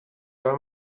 راه